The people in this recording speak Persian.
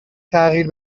تغییر